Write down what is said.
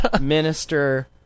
minister